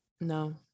No